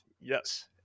Yes